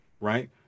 right